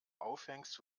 aufhängst